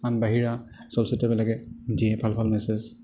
আন বাহিৰা চলচ্চিত্ৰবিলাকে দিয়ে ভাল ভাল মেচেজ